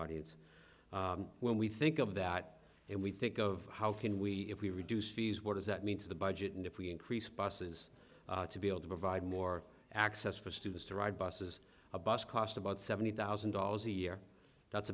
audience when we think of that and we think of how can we if we reduce fees what does that mean to the budget and if we increase buses to be able to provide more access for students to ride buses a bus cost about seventy thousand dollars a year that's